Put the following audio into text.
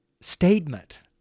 statement